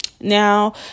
Now